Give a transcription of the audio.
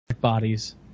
bodies